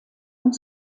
und